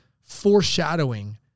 foreshadowing